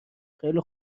خیلی